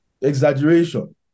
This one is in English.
Exaggeration